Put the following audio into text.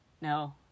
no